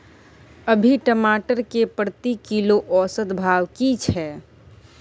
अभी टमाटर के प्रति किलो औसत भाव की छै?